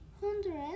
hundred